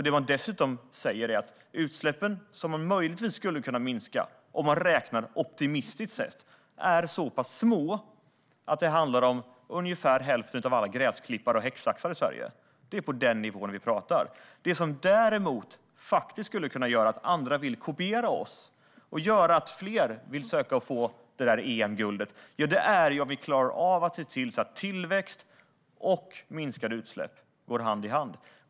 Det man dessutom säger är att de utsläpp som möjligtvis skulle kunna minska om vi räknar optimistiskt är så pass små att det handlar om ungefär hälften av alla gräsklippare och häcksaxar i Sverige. Det är på den nivån vi pratar. Det som däremot faktiskt skulle kunna göra att andra vill kopiera oss och göra att fler vill söka och få det där EM-guldet är ju om vi klarar av att se till att tillväxt och minskade utsläpp går hand i hand.